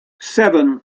seven